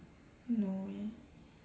no